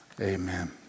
amen